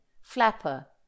flapper